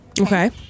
Okay